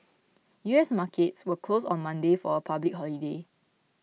U S markets were closed on Monday for a public holiday